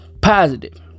Positive